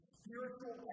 spiritual